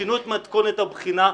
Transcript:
שינו את מתכונת הבחינה,